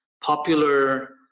popular